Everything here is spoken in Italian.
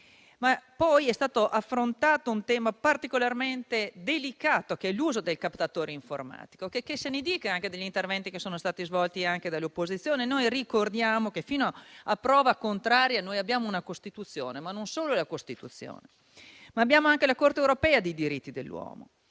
Poi, è stato affrontato un tema particolarmente delicato, che è l'uso del captatore informatico. Qualsiasi cosa si dica in merito, anche negli interventi che sono stati svolti, anche dalle opposizioni, noi ricordiamo che, fino a prova contraria, noi abbiamo una Costituzione, ma non solo quella, perché vi è anche la Corte europea dei diritti dell'uomo.